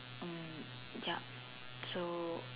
mm yup so